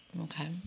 Okay